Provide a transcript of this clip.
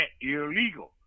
illegal